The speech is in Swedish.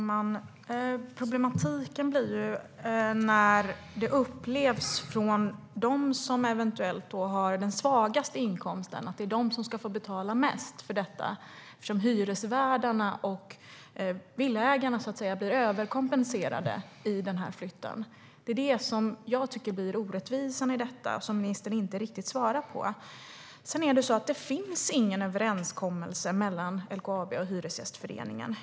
Herr talman! Det blir problem när de som eventuellt har de svagaste inkomsterna upplever att de ska få betala mest för detta, eftersom hyresvärdarna och villaägarna blir överkompenserade i flytten. Det är det jag tycker blir orättvisan i detta, och ministern svarar inte riktigt på det. Det finns ingen överenskommelse mellan LKAB och Hyresgästföreningen.